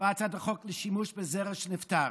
בהצעת החוק לשימוש בזרע של נפטר.